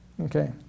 Okay